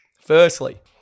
Firstly